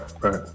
right